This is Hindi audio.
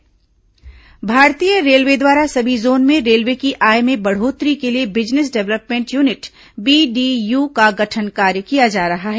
रेलवे बीडीयू गठन भारतीय रेलवे द्वारा सभी जोन में रेलवे की आय में बढ़ोत्तरी के लिए बिजनेस डेव्हल्पमेंट यूनिट बीडीयू का गठन कार्य किया जा रहा है